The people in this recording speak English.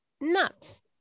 nuts